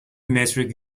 metric